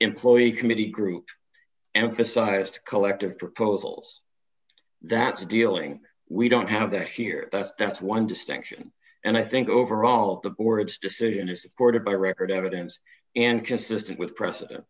employ a committee group emphasised collective proposals that's dealing we don't have that here that's that's one distinction and i think overall the board's decision is supported by record evidence and just to stick with precedent